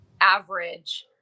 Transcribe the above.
average